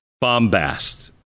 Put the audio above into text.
bombast